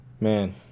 man